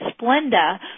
Splenda